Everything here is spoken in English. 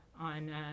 on